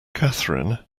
catherine